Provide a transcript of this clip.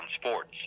sports